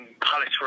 palace